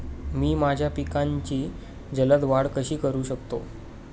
मी माझ्या पिकांची जलद वाढ कशी करू शकतो?